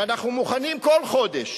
שאנחנו מוכנים כל חודש